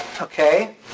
Okay